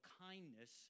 kindness